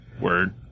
Word